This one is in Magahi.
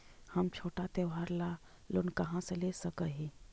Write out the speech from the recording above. हम छोटा त्योहार ला लोन कहाँ से ले सक ही?